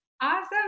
Awesome